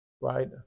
Right